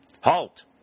Halt